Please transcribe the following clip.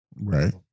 Right